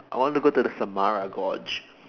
I want to go to the Samara gorge